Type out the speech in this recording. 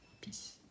Peace